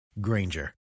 Granger